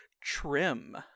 trim